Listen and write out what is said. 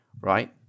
right